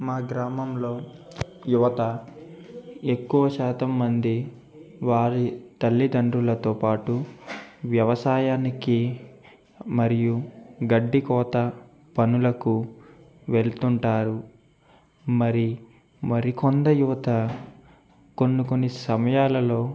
మా గ్రామంలో యువత ఎక్కువ శాతం మంది వారి తల్లితండ్రులతో పాటు వ్యవసాయానికి మరియు గడ్డికోత పనులకు వెళ్తుంటారు మరి మరికొంత యువత కొన్ని కొన్ని సమయాలలో